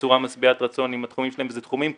בצורה משביעת רצן עם התחומים שלהם ואלה תחומים קריטיים.